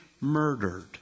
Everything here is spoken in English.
murdered